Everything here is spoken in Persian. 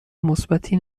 مثبتی